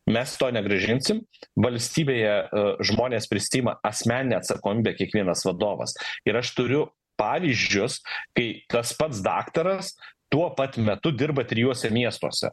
mes to negrąžinsim valstybėje žmonės prisiima asmeninę atsakomybę kiekvienas vadovas ir aš turiu pavyzdžius kai tas pats daktaras tuo pat metu dirba trijuose miestuose